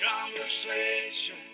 conversation